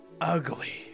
ugly